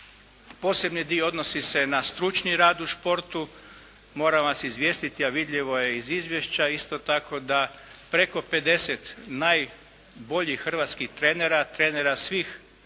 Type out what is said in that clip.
Posebni dio odnosi se na stručni rad u športu. Moram vas izvijestiti, a vidljivo je iz izvješća isto tako, da preko 50 najboljih hrvatskih trenera, trenera svih hrvatskih